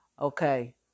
okay